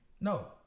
No